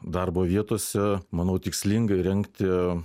darbo vietose manau tikslinga įrengti